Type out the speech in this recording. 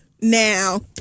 now